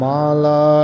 Mala